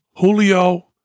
Julio